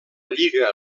lliga